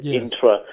intra